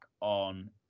on